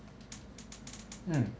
mm